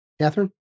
Catherine